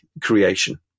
creation